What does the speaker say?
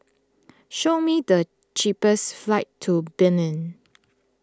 show me the cheapest flights to Benin